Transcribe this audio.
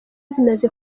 zimaze